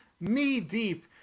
knee-deep